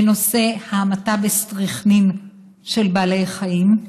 בנושא ההמתה בסטריכנין של בעלי חיים,